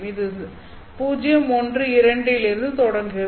இது 0 1 2 இலிருந்து தொடங்குகிறது